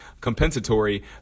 compensatory